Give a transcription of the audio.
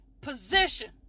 position